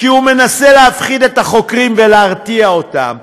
כי הוא מנסה להפחיד את החוקרים ולהרתיע אותם.